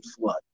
flood